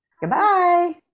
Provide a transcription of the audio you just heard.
goodbye